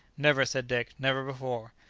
never, said dick never before.